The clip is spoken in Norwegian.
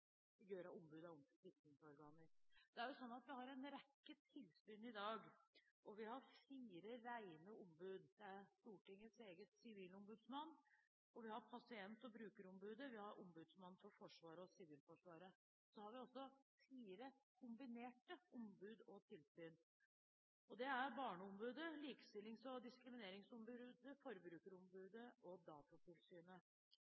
vi har en rekke tilsyn i dag, og vi har fire rene ombud. Det er Stortingets eget ombud, sivilombudsmannen, pasient- og brukerombudet, ombudsmannen for Forsvaret og ombudsmannen for Sivilforsvaret. Så har vi også fire kombinerte ombud og tilsyn. Det er barneombudet, likestillings- og diskrimineringsombudet,